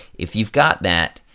if you've got that,